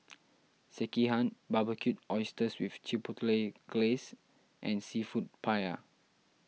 Sekihan Barbecued Oysters with Chipotle Glaze and Seafood Paella